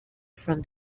from